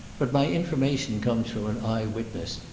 but my information comes from an eye-witness,